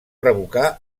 revocar